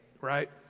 right